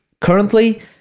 currently